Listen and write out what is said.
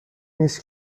نیست